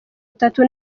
itatu